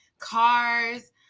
cars